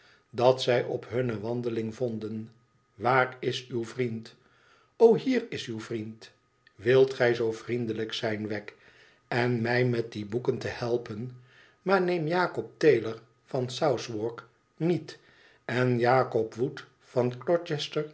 dat zij op hunne wandeling vonden waar is uw vriend o hier is uw vriend wilt gij zoo vriendelijk zijn wegg en mij met die boeken te helpen maar neem jakob taylor van southwark niet en jakob